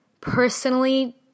personally